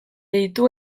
ditu